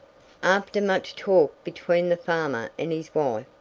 after much talk between the farmer and his wife,